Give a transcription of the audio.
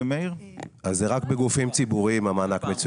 מענק המצוינות הוא רק בגופים ציבוריים.